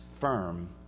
firm